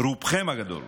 רובכם הגדול,